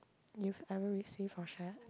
you haven't receive your share